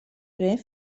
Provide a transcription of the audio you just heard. rin